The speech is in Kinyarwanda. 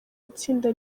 itsinda